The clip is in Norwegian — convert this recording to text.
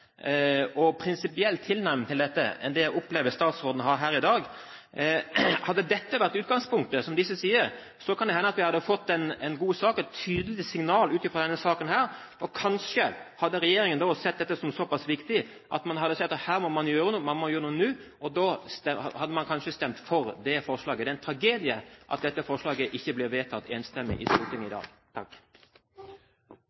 og prinsipiell tilnærming til dette enn det jeg opplever at statsråden har her i dag. Hadde det disse sier, vært utgangspunktet, kan det hende at vi hadde fått en god sak, et tydelig signal ut fra denne saken, og kanskje hadde regjeringen da sett dette som såpass viktig at man hadde sagt: Her må man gjøre noe, og man må gjøre noe nå. Da hadde man kanskje stemt for forslaget. Det er en tragedie at dette forslaget ikke blir vedtatt enstemmig i Stortinget i